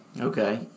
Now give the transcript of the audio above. Okay